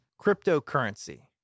cryptocurrency